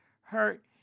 hurt